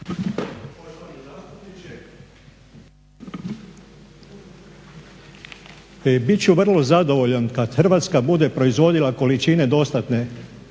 ću vrlo zadovoljan kad Hrvatska bude proizvodila količine dostatne